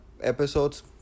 episodes